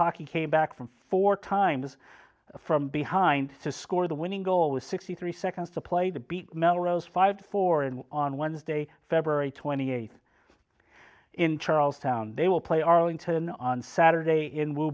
hockey came back from four times from behind to score the winning goal with sixty three seconds to play to beat melrose five four and on wednesday february twenty eighth in charlestown they will play arlington on saturday in w